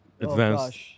advanced